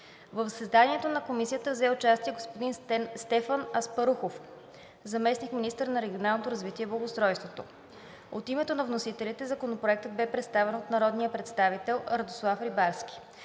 В заседанието на Комисията взе участие господин Стефан Аспарухов – заместник-министър на регионалното развитие и благоустройството. От името на вносителите Законопроектът бе представен от народния представител Радослав Рибарски.